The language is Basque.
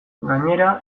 gainera